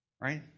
right